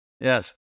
Yes